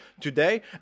today